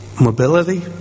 mobility